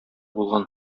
булган